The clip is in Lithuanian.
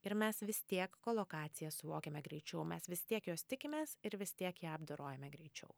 ir mes vis tiek kolokaciją suvokiame greičiau mes vis tiek jos tikimės ir vis tiek ją apdorojame greičiau